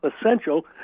essential